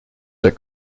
der